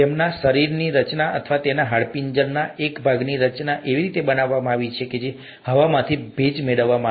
તેમના શરીરની રચના અથવા તેમના હાડપિંજરના એક ભાગની રચના એવી રીતે બનાવવામાં આવી છે કે હવામાંથી ભેજ મેળવવા માટે